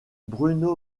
bruno